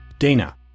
Dana